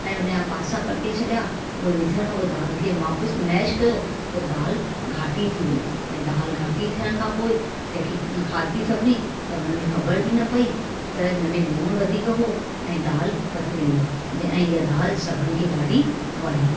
ऐं हुनजा पासा कटे छॾिया उहे विझण खां पोइ दालि खे वापसि मैश कयो त दालि घाटी थी वेई ऐं दालि घाटी थिअण खां पोइ कंहिं खे खाधी सभिनी त हुन में ख़बर बि न पेई त हिन में लूणु वधीक हुओ ऐं दालि पतिरी हुई ऐं इहा दालि सभिनी खे ॾाढी वणी